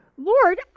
Lord